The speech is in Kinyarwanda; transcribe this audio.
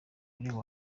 umugore